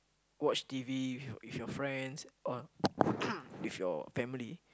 watch T_V with your with your friends or with your family